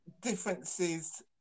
differences